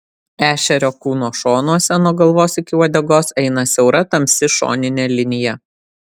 ešerio kūno šonuose nuo galvos iki uodegos eina siaura tamsi šoninė linija